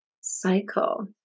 cycle